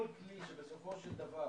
כל כלי שבסופו של דבר